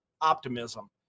optimism